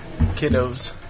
Kiddos